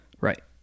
right